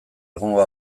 egungo